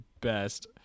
best